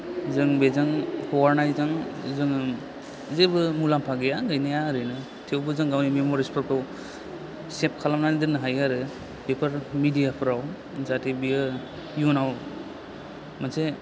जों बेजों हगारनायजों जोङो जेबो मुलाम्फा गैया गैनाया ओरैनो थेवबो जों गावनि मेमरिसफोरखौ सेफ खालामनानै दोन्नो हायो आरो बेफोर मेदियाफ्राव जाहाथे बेयो इयुनाव मोनसे